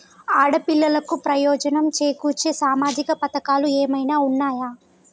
ఆడపిల్లలకు ప్రయోజనం చేకూర్చే సామాజిక పథకాలు ఏమైనా ఉన్నయా?